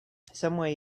somewhere